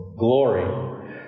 glory